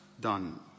done